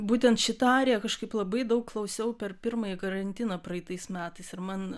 būtent šitą ariją kažkaip labai daug klausiau per pirmąjį karantiną praeitais metais ir man